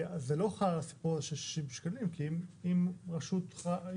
אז זה לא חל על הסיפור של 60 שקלים כי אם רשות אומרת